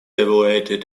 evaluated